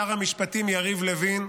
לשר המשפטים יריב לוין,